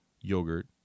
yogurt